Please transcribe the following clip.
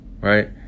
right